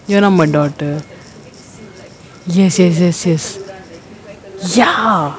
you're not my daughter yes yes yes yes ya